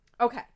Okay